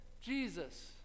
Jesus